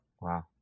Wow